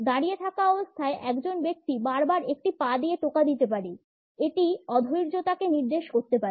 দাঁড়িয়ে থাকা অবস্থায় একজন ব্যক্তি বারবার একটি পা দিয়ে টোকা দিতে পারে এটি অধৈর্যতাকে নির্দেশ করতে পারে